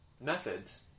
methods